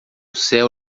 céu